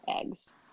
eggs